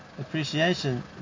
appreciation